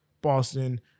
Boston